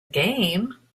game